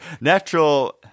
natural